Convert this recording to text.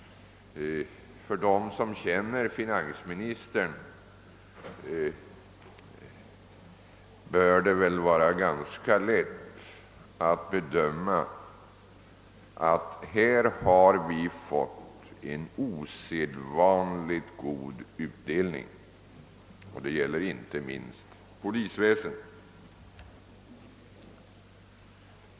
För dem som känner finansministern bör det väl vara ganska lätt att inse att det här blivit en osedvanligt god utdelning — inte minst då det gäller polisväsendet.